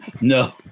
No